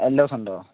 എല്ലാ ദിവസവുമുണ്ടോ